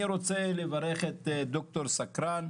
אני רוצה לברך את ד"ר סקרן,